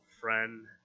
friend